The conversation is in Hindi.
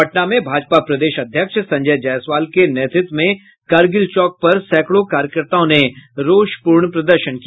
पटना में भाजपा प्रदेश अध्यक्ष संजय जायसवाल के नेतृत्व में कारगिल चौक पर सैकड़ों कार्यकर्ताओं ने रोषपूर्ण प्रदर्शन किया